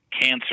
cancer